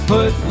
Put